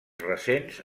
recents